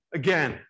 again